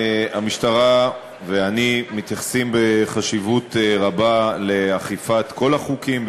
המשטרה ואני מייחסים חשיבות רבה לאכיפת כל החוקים,